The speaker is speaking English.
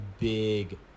big